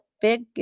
big